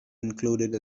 included